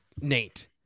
Nate